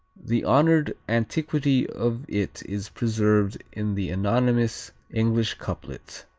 the honored antiquity of it is preserved in the anonymous english couplet